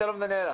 שלום דניאלה,